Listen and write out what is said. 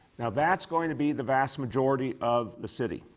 that's going to be the vast majority of the city.